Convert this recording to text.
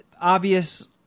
obvious